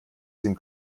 sim